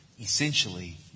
essentially